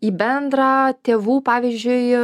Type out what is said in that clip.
į bendrą tėvų pavyzdžiui